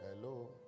Hello